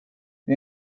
det